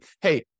hey